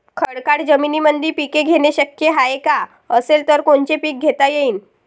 खडकाळ जमीनीमंदी पिके घेणे शक्य हाये का? असेल तर कोनचे पीक घेता येईन?